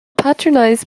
patronize